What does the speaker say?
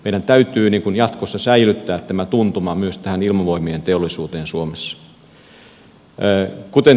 meidän täytyy jatkossa säilyttää tämä tuntuma myös tähän ilmavoimien teollisuuteen suomessa